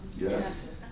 yes